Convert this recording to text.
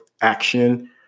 action